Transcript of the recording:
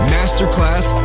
Masterclass